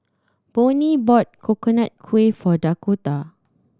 Bonnie bought Coconut Kuih for Dakotah